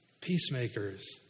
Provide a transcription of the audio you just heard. peacemakers